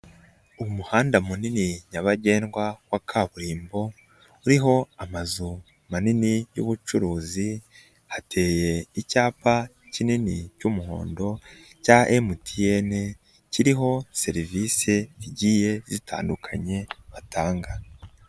Umuhanda munini nyabagendwa wa kaburimbo, uriho amazu manini y'ubucuruzi, hateye icyapa kinini cy'umuhondo cya MTN, kiriho serivisi zigiye zitandukanye batanga.